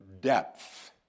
Depth